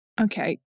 Okay